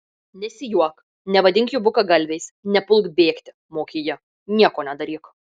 nesijuok nevadink jų bukagalviais nepulk bėgti mokė ji nieko nedaryk